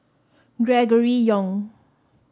Gregory Yong